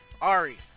Ari